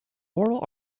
oral